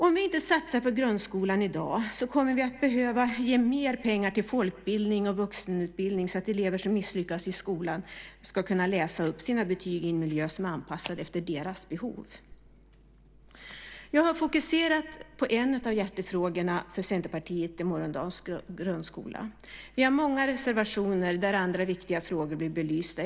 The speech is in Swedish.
Om vi inte satsar på grundskolan i dag kommer vi att behöva ge mer pengar till folkbildning och vuxenutbildning för att elever som misslyckas i skolan ska kunna läsa upp sina betyg i en miljö som är anpassad efter deras behov. Jag har fokuserat på en av hjärtefrågorna för Centerpartiet i morgondagens grundskola. Vi har många reservationer där andra viktiga frågor blir belysta.